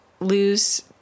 Lose